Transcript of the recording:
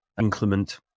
inclement